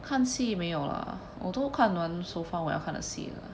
看戏没有啦我都看完 so far 我要看的戏了